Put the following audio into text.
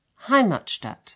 Heimatstadt